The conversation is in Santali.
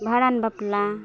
ᱵᱷᱟᱸᱰᱟᱱ ᱵᱟᱯᱞᱟ